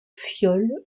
fiole